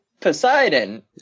Poseidon